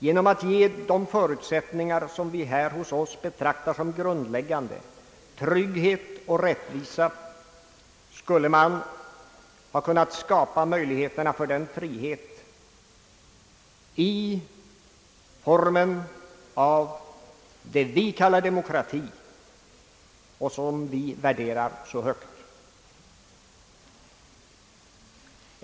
Genom att ge de förutsättningar som vi här hos oss betraktar som grundläggande — trygghet och rättvisa — skulle man ha kunnat skapa möjligheterna för den frihet i form av demokrati som vi värderar så högt.